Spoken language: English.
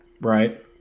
right